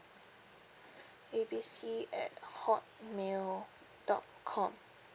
A B C at hotmail dot com